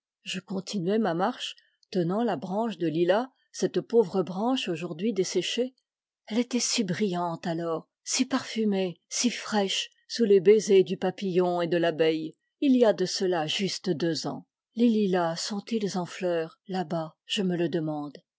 je continuai ma marche tenant la branche de lilas cette pauvre branche aujourd'hui desséchée elle était si brillante alors si parfumée si fraîche sous les baisers du papillon et de l'abeille il y a de cela juste deux ans les lilas sont-ils en fleur là-bas je me le demande